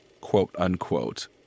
quote-unquote